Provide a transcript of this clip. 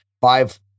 five